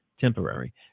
temporary